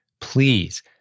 Please